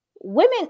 women